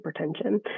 hypertension